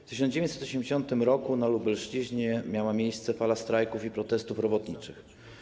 W 1980 r. na Lubelszczyźnie miała miejsce fala strajków i protestów robotniczych.